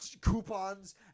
coupons